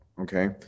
Okay